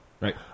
right